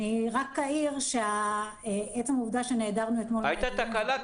אני רק אעיר שעצם העובדה שנעדרנו אתמול מהדיון --- הייתה תקלה.